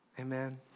Amen